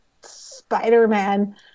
Spider-Man